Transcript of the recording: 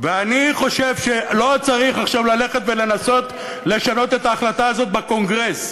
ואני חושב שלא צריך עכשיו ללכת ולנסות לשנות את ההחלטה הזאת בקונגרס.